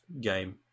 game